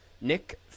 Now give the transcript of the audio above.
Nick